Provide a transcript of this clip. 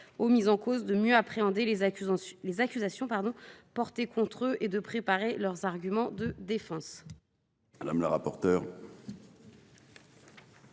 aux mis en cause de mieux appréhender les accusations portées contre eux et de préparer leurs arguments de défense.